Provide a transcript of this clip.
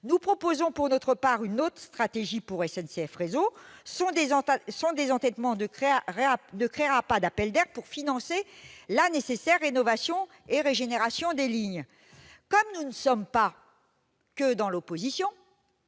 Nous proposons, pour notre part, une autre stratégie pour SNCF Réseau. En effet, son désendettement ne créera pas d'appel d'air pour financer la nécessaire rénovation et régénération des lignes. Comme nous ne faisons pas que nous opposer